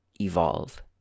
evolve